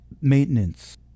maintenance